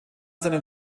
seinem